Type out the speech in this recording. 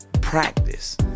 practice